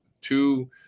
two